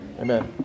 Amen